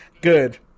good